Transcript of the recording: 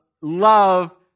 love